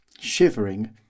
shivering